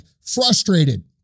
frustrated